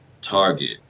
target